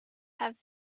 have